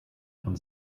von